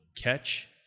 catch